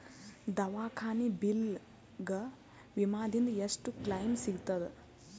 ದವಾಖಾನಿ ಬಿಲ್ ಗ ವಿಮಾ ದಿಂದ ಎಷ್ಟು ಕ್ಲೈಮ್ ಸಿಗತದ?